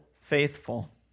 faithful